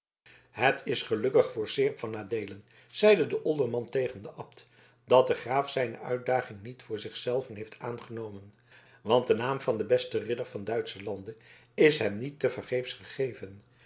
het is gelukkig voor seerp van adeelen zeide de olderman tegen den abt dat de graaf zijne uitdaging niet voor zich zelven heeft aangenomen want de naam van den besten ridder van duitschen lande is hem niet tevergeefs gegeven